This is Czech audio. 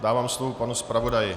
Dávám slovo panu zpravodaji.